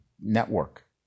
network